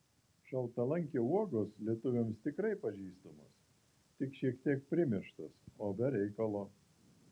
šaltalankio uogos lietuviams tikrai pažįstamos tik šiek tiek primirštos o be reikalo